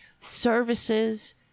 services